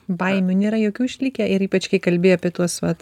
baimių nėra jokių išlikę ir ypač kai kalbi apie tuos vat